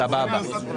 סבבה.